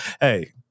hey